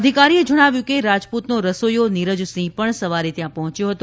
અધિકારીએ જણાવ્યું કે રાજપૂતનો રસોઇયો નીરજ સિંહ પણ સવારે ત્યાં પહોંચ્યો હતો